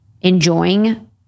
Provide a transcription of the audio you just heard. enjoying